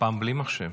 הפעם בלי מחשב.